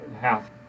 half